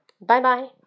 Bye-bye